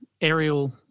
aerial